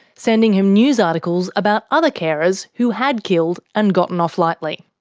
sending him news articles about other carers who had killed and gotten off lightly.